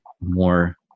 more